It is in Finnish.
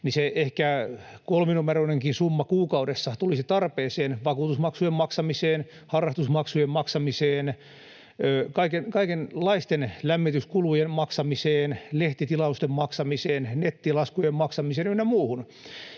se ehkä kolminumeroinenkin summa kuukaudessa tulisi tarpeeseen: vakuutusmaksujen maksamiseen, harrastusmaksujen maksamiseen, lämmityskulujen maksamiseen, lehtitilausten maksamiseen, nettilaskujen maksamiseen ynnä muuhun.